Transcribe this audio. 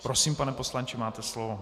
Prosím, pane poslanče, máte slovo.